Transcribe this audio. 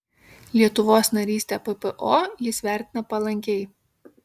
lietuvos narystę ppo jis vertina palankiai